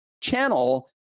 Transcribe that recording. channel